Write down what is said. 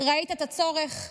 ראית את הצורך,